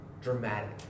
Dramatic